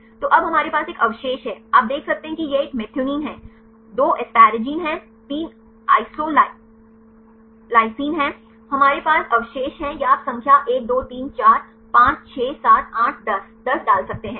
तो अब हमारे पास एक अवशेष है आप देख सकते हैं कि यह एक मेथिओनिन है 2 asparigine है 3 आइसोसिसाईन है हमारे पास अवशेष हैं या आप संख्या 1 2 3 4 5 6 7 8 10 10 डाल सकते हैं